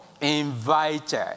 invited